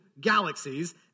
galaxies